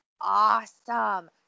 Awesome